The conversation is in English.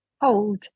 hold